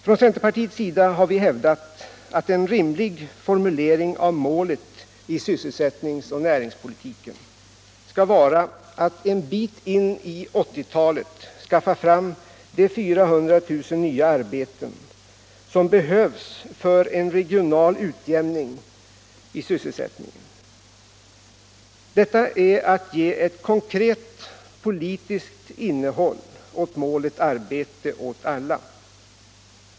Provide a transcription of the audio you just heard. Från centerpartiets sida har vi hävdat att en rimlig formulering av målet för sysselsättnings och näringspolitiken bör vara att en bit in på 1980-talet skaffa fram de 400 000 nya arbeten som behövs för en regional utjämning i sysselsättningen. Detta är att ge ett konkret politiskt innehåll åt målet ”arbete åt alla”.